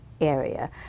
area